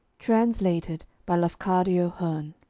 translated by lafcadio hearn